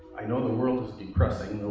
i know the world is depressing